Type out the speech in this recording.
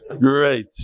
great